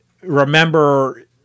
remember –